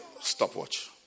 stopwatch